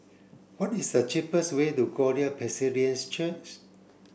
what is the cheapest way to Glory Presbyterian Church